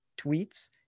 tweets